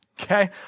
okay